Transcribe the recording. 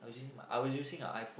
I was using a iPhone